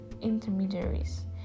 intermediaries